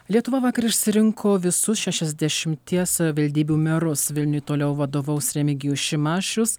lietuva vakar išsirinko visus šešiasdešimties savivaldybių merus vilniui toliau vadovaus remigijus šimašius